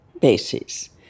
bases